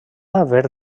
haver